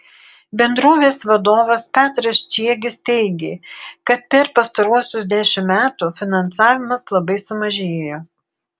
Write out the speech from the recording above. bendrovės vadovas petras čiegis teigė kad per pastaruosius dešimt metų finansavimas labai sumažėjo